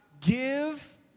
give